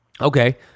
okay